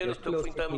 אתם עושים צחוק מאיתנו,